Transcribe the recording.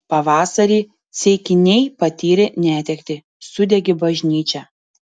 pavasarį ceikiniai patyrė netektį sudegė bažnyčia